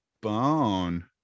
bone